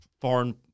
foreign